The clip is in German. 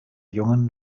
jungen